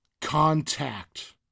Contact